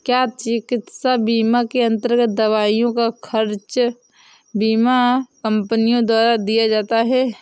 क्या चिकित्सा बीमा के अन्तर्गत दवाइयों का खर्च बीमा कंपनियों द्वारा दिया जाता है?